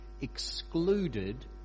excluded